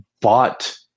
bought